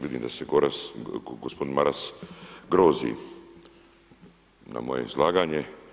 vidim da se gospodin Maras grozi na moje izlaganje.